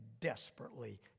desperately